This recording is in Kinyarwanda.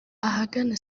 ahagana